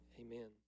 Amen